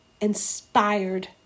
inspired